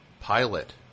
Pilot